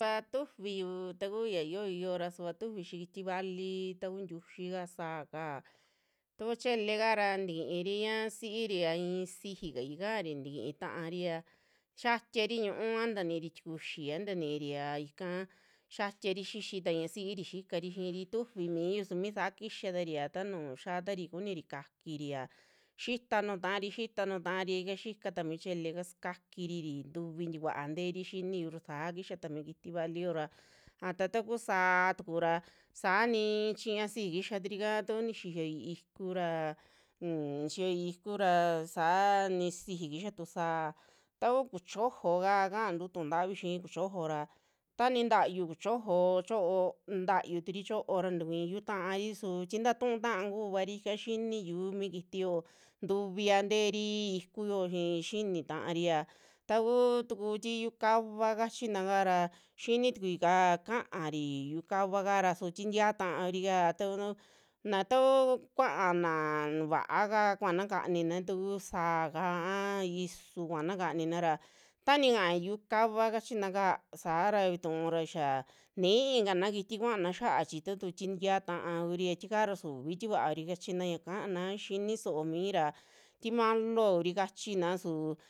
Suva tufiyu taku ya yooi yo'ora suva tufiu xii kiti vali, ta kuu ntiuyi kaa sa'aka, takuu chelekara ntakiiri ñaa si'iri ra i'i siji kai kaari tikiin taari aa xiaatiri yiun aa ntaniiri tikuxi, aa ntaniiri ya ika xiatiari xixi ta ñaa siiri xikari xiiri tufi miyu su mi saa kixaa taria, taa nuu xiaatari kuniri kakiri a xitaa nuu taari, xita nu taari a xikata mi cheleka sikakiri ntuvi tinkuaa nteeri xiniu ra saa kixa taa mi kiti valiyo ra a taa kuu sa'aa tukura saani chiña siji kixa turika takuu nixiyoi ikuu ra unnm nixiyoi ikuu ra saa ni sixi kuxa tu sa'aa taku kuchiojo kaa kaantu ntu'u ntavi xii kuchojo ra, taa nintayu kuchojo choo nitayuturi choo ra tikuiin yuu taari su tii taa tuu ta'a kuavaari ika xiniyu mi kiti yoo, ntuviva nteeri ikuyo chi xinii taari a takuu tuku ti yu'ukava kachina kara xini tukuika kaari, yu'ukava kara suu ti ntiaa ta'a kuri kaa taunu naa ta kuu kuaana na va'a kaa kuaana kanina takuu sa'aa kaa a isuu kuana kanina ra, ta nikaa yu'uka kachina kaa saara vitura xaa niikana kitii kuaana xiaa chi ta tu'u chi ti ntiaa ta'a kuri tika ra subi ti va'a kuri kachina ya kaana xinii soomi ra, tii malooa kuri kachina su.